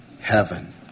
heaven